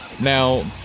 Now